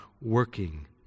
working